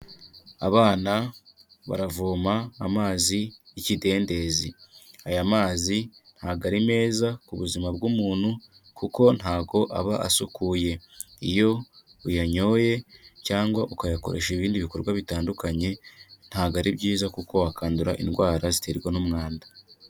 Abana baravoma amazi y'ikidendezi, aya mazi ntago ari meza ku buzima bw'umuntu kuko ntago aba asukuye, iyo uyanyoye cyangwa ukayakoresha ibindi bikorwa bitandukanye ntago ari byiza kuko wakandura indwara ziterwa n'umwanda.